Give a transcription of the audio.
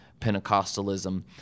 Pentecostalism